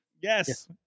Yes